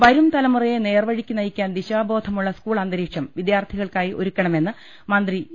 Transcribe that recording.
വരും തലമുറയെ നേർവഴിക്ക് നയിക്കാൻ ദ്രിശാബോധ മുള്ള സ്കൂൾ അന്തരീക്ഷം വിദ്യാർത്ഥികൾക്കായി ഒരുക്ക ണമെന്ന് മന്ത്രി ഇ